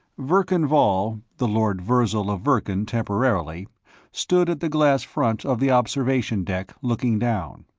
verkan vall the lord virzal of verkan, temporarily stood at the glass front of the observation deck, looking down.